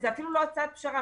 זו אפילו לא הצעת פשרה,